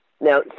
now